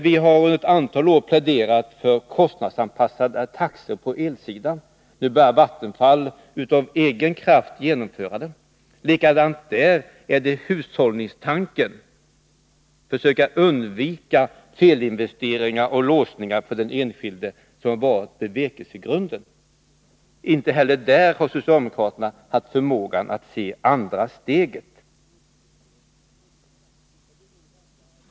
Vi har under ett antal år också pläderat för kostnadsanpassade taxor på elsidan. Nu börjar Vattenfall av egen kraft genomföra detta. Ävenledes här är det hushållningsmotivet och viljan att försöka undvika felinvesteringar och låsningar för den enskilde som varit vår bevekelsegrund. Inte heller därvidlag har socialdemokraterna haft förmågan att se andra steget.